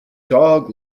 dog